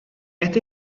esta